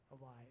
alive